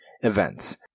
events